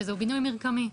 שזה בינוי מרקמי.